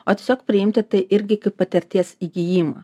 o tiesiog priimti tai irgi kaip patirties įgijimą